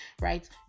right